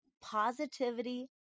Positivity